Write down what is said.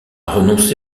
renoncé